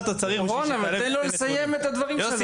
רון, אבל תן לו לסיים את הדברים שלו.